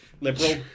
liberal